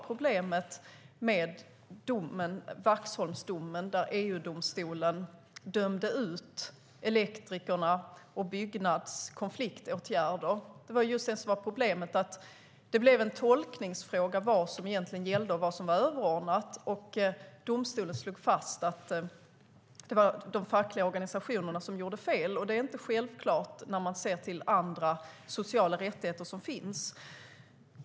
Problemet med Vaxholmsdomen, där EU-domstolen dömde ut Elektrikerförbundets och Byggnads konfliktåtgärder, är just att det blev en tolkningsfråga vad som egentligen gällde och vad som var överordnat. Domstolen slog fast att det var de fackliga organisationerna som gjorde fel. Det är inte självklart när man ser till andra sociala rättigheter som finns.